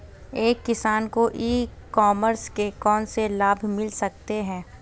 एक किसान को ई कॉमर्स के कौनसे लाभ मिल सकते हैं?